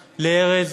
לארז,